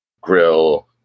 grill